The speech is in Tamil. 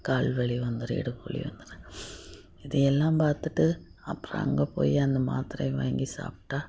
கால் வலி வந்துவிடும் இடுப்பு வலி வந்துவிடும் இது எல்லாம் பார்த்துட்டு அப்புறம் அங்கே போய் அந்த மாத்திரை வாங்கி சாப்பிட்டா